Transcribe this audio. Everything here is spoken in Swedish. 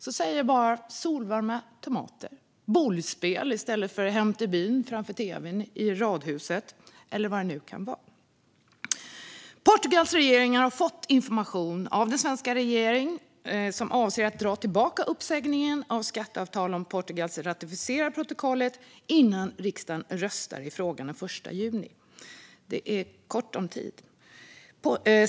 Jag säger bara: solvarma tomater och boulespel i stället för Hem till byn framför tv:n i radhuset eller vad det nu kan vara. Portugals regering har fått information av den svenska regeringen, som avser att dra tillbaka uppsägningen av skatteavtalet om Portugal ratificerar protokollet innan riksdagen röstar i frågan i juni. Det är kort om tid.